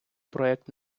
проект